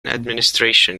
administration